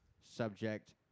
subject